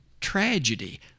tragedy